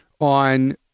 on